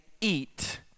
eat